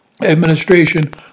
administration